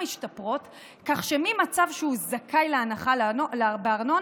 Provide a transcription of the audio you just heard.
משתפרות כך שממצב שהוא זכאי להנחה בארנונה,